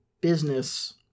business